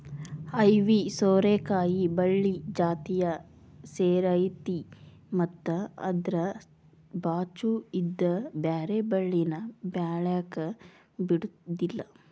ಐವಿ ಸೋರೆಕಾಯಿ ಬಳ್ಳಿ ಜಾತಿಯ ಸೇರೈತಿ ಮತ್ತ ಅದ್ರ ಬಾಚು ಇದ್ದ ಬ್ಯಾರೆ ಬಳ್ಳಿನ ಬೆಳ್ಯಾಕ ಬಿಡುದಿಲ್ಲಾ